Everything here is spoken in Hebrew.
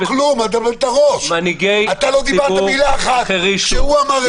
אתה לא דיברת מילה אחת כשהוא אמר את זה,